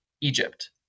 Egypt